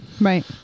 Right